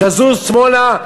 תזוז שמאלה,